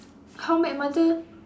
how met mother